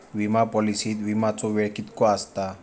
विमा पॉलिसीत विमाचो वेळ कीतको आसता?